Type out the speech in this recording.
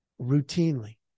routinely